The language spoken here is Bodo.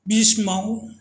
बे समाव